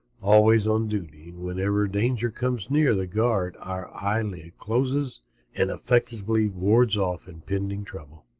always on duty. whenever danger comes near, that guard, our eyelid, closes and effectively wards off impending trouble.